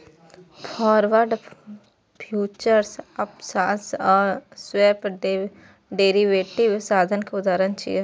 forward, futures, options आ swap derivative साधन के उदाहरण छियै